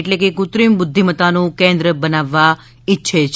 એટલે કે કૃત્રિમ બુદ્ધિમતાનું કેન્દ્ર બનાવવા ઇચ્છે છે